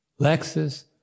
Lexus